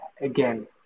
again